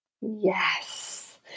Yes